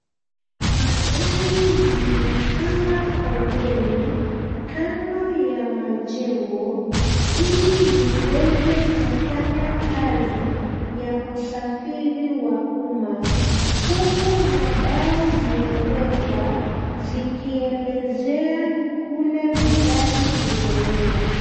Magari zimepanga foleni kando ya majengo ili ziweze kufanya kazi ya usafiri wa umma huku mabao zimewekwa zikielezea kule magari zinaenda.